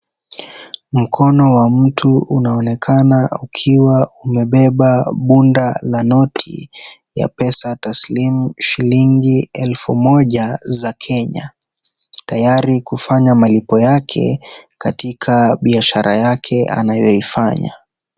Mkono wa mtu unaonekana ukiwa umebeba punda la noti ya pesa taslimu shilingi elfu moja za Kenya, tayari kufanya malipo yake katika biashara yake anayoifanya.